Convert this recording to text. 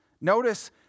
Notice